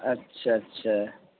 اچھا اچھا